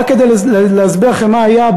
רק כדי להסביר לכם מה היה,